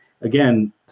Again